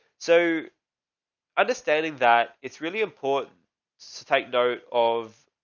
so understanding that it's really important to take note of.